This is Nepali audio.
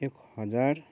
एक हजार